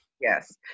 Yes